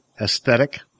aesthetic